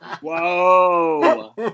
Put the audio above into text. whoa